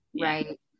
right